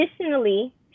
Additionally